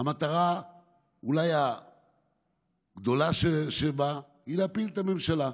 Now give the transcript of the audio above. אולי המטרה הגדולה שבה היא להפיל את הממשלה.